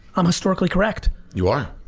i'm historically correct. you are.